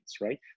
right